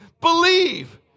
believe